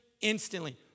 instantly